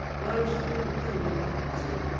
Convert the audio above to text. mostly underground, sir,